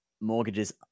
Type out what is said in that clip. mortgages